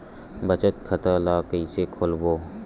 बचत खता ल कइसे खोलबों?